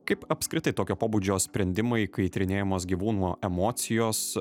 kaip apskritai tokio pobūdžio sprendimai kai tyrinėjamos gyvūnų emocijos